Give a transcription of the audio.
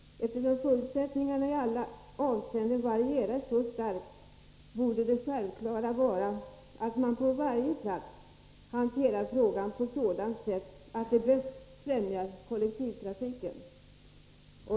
Eftersom förutsättningarna i alla avseenden varierar så starkt, borde det självklara vara att man på varje plats hanterar frågan på sådant sätt att det befrämjar kollektivtrafiken.